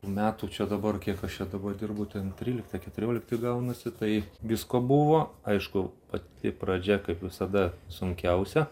metų čia dabar kiek aš čia dabar dirbu ten trylikti a keturiolikti gaunasi tai visko buvo aišku pati pradžia kaip visada sunkiausia